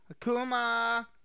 Akuma